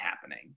happening